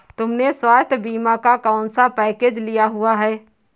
तुमने स्वास्थ्य बीमा का कौन सा पैकेज लिया हुआ है?